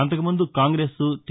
అంతకుముందు కాంగ్రెస్ టీ